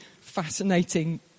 fascinating